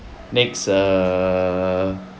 next err